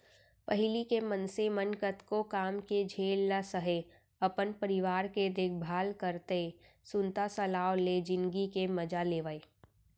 पहिली के मनसे मन कतको काम के झेल ल सहयँ, अपन परिवार के देखभाल करतए सुनता सलाव ले जिनगी के मजा लेवयँ